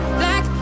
black